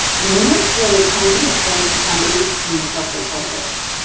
and this really comes into play for foundation and corporate budgets.